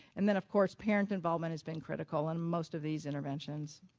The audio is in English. and then of course parent involvement has been critical in most of these interventions.